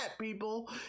people